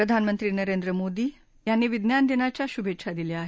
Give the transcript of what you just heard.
प्रधानमंत्री नरेंद्र मोदी यांनी विज्ञान दिनाच्या शुभेच्छा दिल्या आहेत